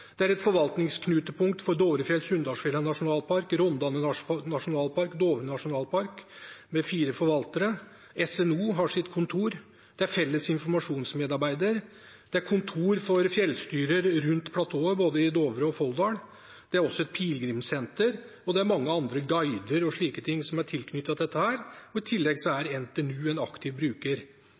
Det er et forvaltningsknutepunkt for Dovrefjell-Sunndalsfjella nasjonalpark, Rondane nasjonalpark og Dovre nasjonalpark, med fire forvaltere. Statens naturoppsyn, SNO, har sitt kontor der. Det er en felles informasjonsmedarbeider. Det er kontor for fjellstyrer rundt platået, i både Dovre og Folldal. Det er også et pilegrimssenter, og det er mange andre, guider og slike, tilknyttet dette. I tillegg er